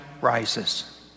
rises